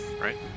right